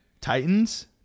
Titans